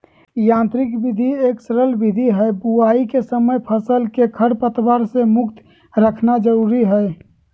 यांत्रिक विधि एक सरल विधि हई, बुवाई के समय फसल के खरपतवार से मुक्त रखना जरुरी हई